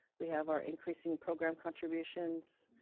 we have our increasing program contributions.